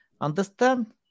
understand